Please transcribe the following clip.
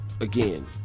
again